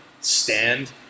stand